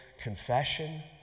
confession